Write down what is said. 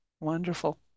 wonderful